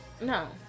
no